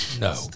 no